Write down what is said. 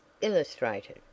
illustrated